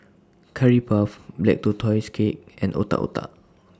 Curry Puff Black Tortoise Cake and Otak Otak